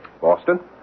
Boston